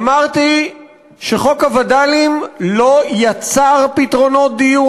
אמרתי שחוק הווד"לים לא יצר פתרונות דיור